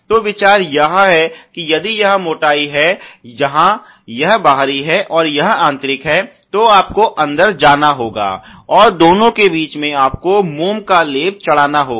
तो विचार यह है कि यदि यह मोटाई है जहां यह बाहरी है यह आंतरिक है तो आपको अंदर जाना होगा और दोनों के बीच में आपको मोमका लेप चढ़ाना होगा